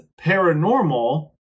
paranormal